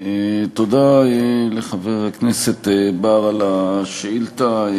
תודה לחבר הכנסת בר על השאילתה.